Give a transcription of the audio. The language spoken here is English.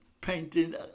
painting